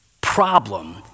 problem